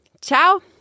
Ciao